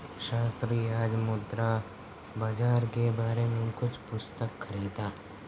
सन्नी आज मुद्रा बाजार के बारे में कुछ पुस्तक खरीदा